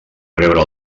rebre